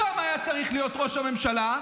שם היה צריך להיות ראש הממשלה.